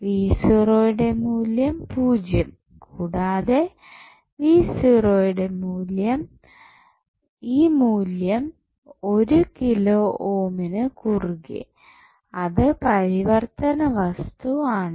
യുടെ മൂല്യം 0 കൂടാതെ യുടെ ഈ മൂല്യം 1 കിലോ ഓമിന് കുറുകെ അത് പരിവർത്തനവസ്തു ആണ്